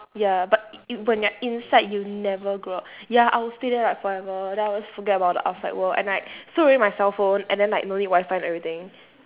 ya but it will when you're inside you'll never grow up ya I will stay there like forever then I'll just forget about the outside world and like throw away my cell phone and then like no need wi-fi and everything